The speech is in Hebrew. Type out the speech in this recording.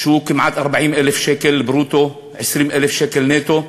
שהוא כמעט 40,000 שקל ברוטו, 20,000 שקל נטו,